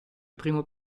primo